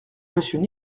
monsieur